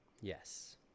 Yes